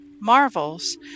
marvels